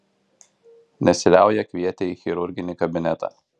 nesiliauja kvietę į chirurginį kabinetą